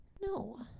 No